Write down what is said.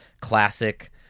classic